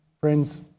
friends